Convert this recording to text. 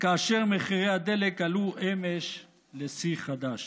וכאשר מחירי הדלק עלו אמש לשיא חדש.